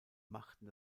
machten